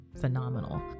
phenomenal